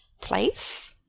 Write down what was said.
place